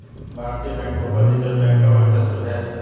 भारतीय बैंकों पर रिजर्व बैंक का वर्चस्व है